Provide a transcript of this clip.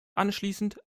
anschließend